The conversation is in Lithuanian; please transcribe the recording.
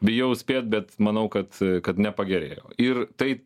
bijau spėti bet manau kad kad nepagerėjo ir tai